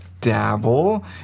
dabble